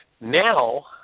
now